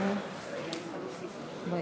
גברתי היושבת-ראש, תודה,